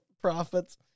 profits